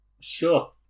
sure